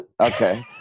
Okay